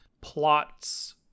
plots